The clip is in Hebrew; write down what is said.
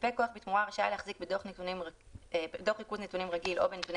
מיופה כוח בתמורה רשאי להחזיק בדוח ריכוז נתונים רגיל או בנתוני